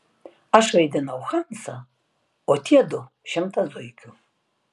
aš vaidinau hansą o tie du šimtą zuikių